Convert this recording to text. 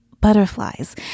butterflies